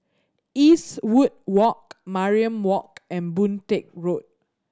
Eastwood Walk Mariam Walk and Boon Teck Road